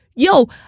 Yo